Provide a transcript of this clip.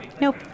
Nope